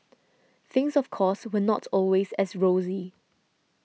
things of course were not always as rosy